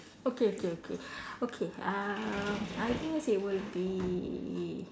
okay okay okay okay uh I guess it will be